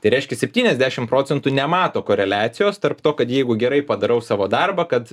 tai reiškia septyniasdešimt procentų nemato koreliacijos tarp to kad jeigu gerai padarau savo darbą kad